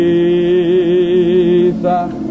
Jesus